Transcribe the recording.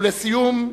ולסיום,